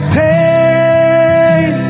pain